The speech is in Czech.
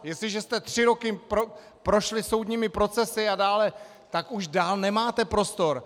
Jestliže jste tři roky prošli soudními procesy a dále, tak už dál nemáte prostor.